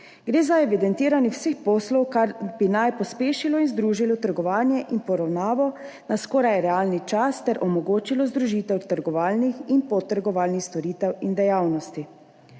Gre za evidentiranje vseh poslov, kar bi naj pospešilo in združilo trgovanje in poravnavo na skoraj realni čas ter omogočilo združitev trgovalnih in potrgovalnih storitev in dejavnosti.